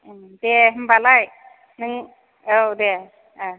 उम दे होम्बालाय नों औ दे ओ